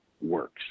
works